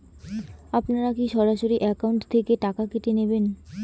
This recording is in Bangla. আপনারা কী সরাসরি একাউন্ট থেকে টাকা কেটে নেবেন?